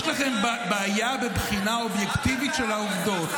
יש לכם בעיה בבחינה אובייקטיבית של העובדות,